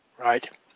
Right